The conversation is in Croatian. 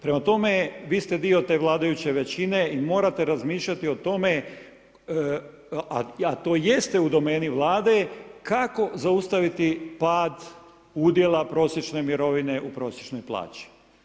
Prema tome, vi ste dio te vladajuće većine i morate razmišljati o tome a to jeste u domeni Vlade, kako zaustaviti pad udjela prosječne mirovine u prosječnoj plaći.